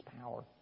power